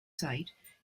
site